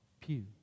pew